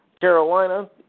Carolina